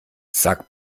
sag